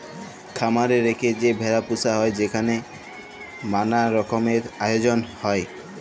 খামার এ রেখে যে ভেড়া পুসা হ্যয় সেখালে ম্যালা রকমের আয়জল হ্য়য়